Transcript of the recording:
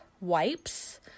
wipes